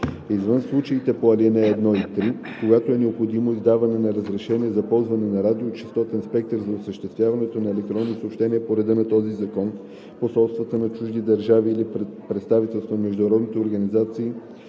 Извън случаите по ал. 1 и 3, когато е необходимо издаване на разрешение за ползване на радиочестотен спектър за осъществяване на електронни съобщения по реда на този закон, посолствата на чужди държави или представителствата на международни организации